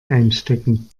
einstecken